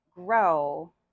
grow